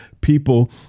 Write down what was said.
people